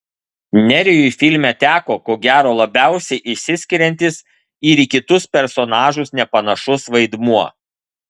nerijui filme teko ko gero labiausiai išsiskiriantis ir į kitus personažus nepanašus vaidmuo